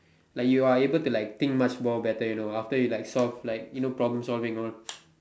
like you are able to like think much more better you know after you like solve like problem solving all